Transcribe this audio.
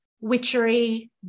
witchery